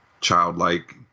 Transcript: childlike